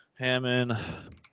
Hammond